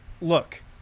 Look